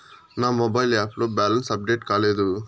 నా mobile app లో balance update కాలేదు